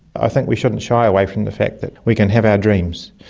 i think we shouldn't shy away from the fact that we can have our dreams.